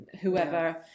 whoever